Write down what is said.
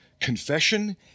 Confession